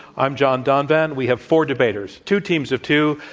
i'm john donvan. we have four debaters, two teams of two,